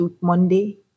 Monday